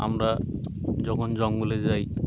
আমরা যখন জঙ্গলে যাই